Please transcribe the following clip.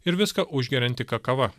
ir viską užgeriantį kakava